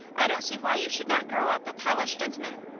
i don't see why you should not grow up a polished gentleman.